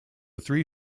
three